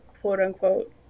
quote-unquote